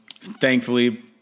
thankfully